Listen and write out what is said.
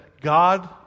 God